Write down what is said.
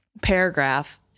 paragraph